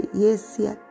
yesia